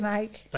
Mike